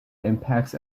impacts